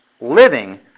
living